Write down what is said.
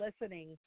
listening